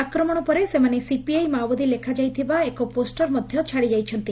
ଆକ୍ରମଣ ପରେ ସେମାନେ ସିପିଆଇ ମାଓବାଦୀ ଲେଖାଯାଇଥିବା ଏକ ପୋଷର ମଧ୍ୟ ଛାଡ଼ି ଯାଇଛନ୍ତି